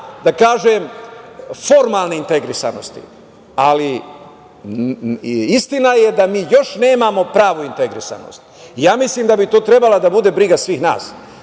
da kažem formalne integrisanosti, ali istina je da mi još nemamo pravu integrisanost. Mislim da bi to trebala da bude briga svih nas.